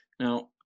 Now